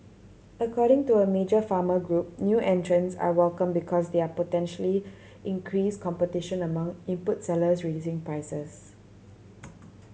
according to a major farmer group new entrants are welcome because they are potentially increase competition among input sellers reducing prices